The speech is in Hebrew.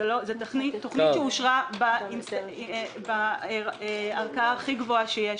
זו תוכנית שאושרה בערכאה הכי גבוהה שיש,